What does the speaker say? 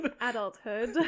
adulthood